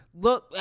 Look